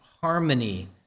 harmony